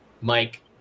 mike